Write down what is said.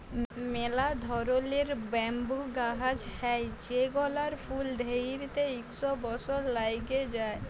ম্যালা ধরলের ব্যাম্বু গাহাচ হ্যয় যেগলার ফুল ধ্যইরতে ইক শ বসর ল্যাইগে যায়